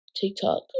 TikTok